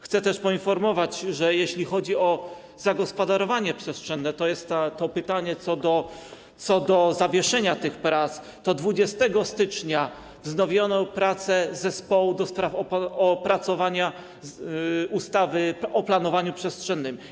Chcę też poinformować, że jeśli chodzi o zagospodarowanie przestrzenne - tu chodzi o pytanie o zawieszenie tych prac - to 20 stycznia wznowiono pracę zespołu do spraw opracowania ustawy o planowaniu przestrzennym.